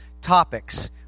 topics